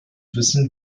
wissen